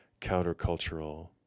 countercultural